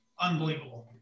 unbelievable